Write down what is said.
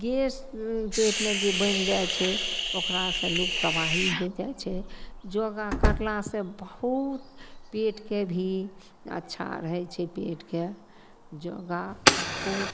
guess पेटमे जे बनि जाइ छै ओकरासँ लोक तबाही होइ जाइ छै योगा करलासँ बहुत पेटके भी अच्छा रहय छै पेटके योगा बहुत